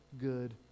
good